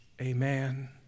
amen